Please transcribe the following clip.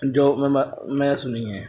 جو میں نے سنی ہیں